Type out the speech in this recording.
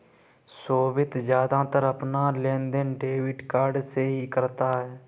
सोभित ज्यादातर अपना लेनदेन डेबिट कार्ड से ही करता है